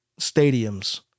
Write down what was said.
stadiums